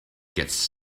gets